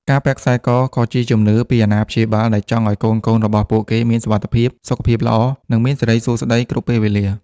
ការពាក់ខ្សែកក៏ជាជំនឿពីអាណាព្យាបាល ដែលចង់ឱ្យកូនៗរបស់ពួកគេមានសុវត្ថិភាព សុខភាពល្អ និងមានសិរីសួស្តីគ្រប់ពេលវេលា។